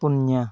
ᱯᱩᱱᱤᱭᱟᱹ